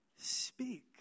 Speak